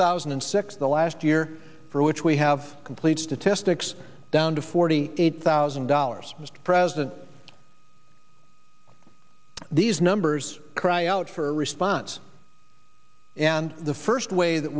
thousand and six the last year for which we have complete statistics down to forty eight thousand dollars mr president these numbers cry out for response and the first way that